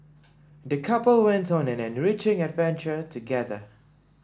the couple went on an enriching adventure together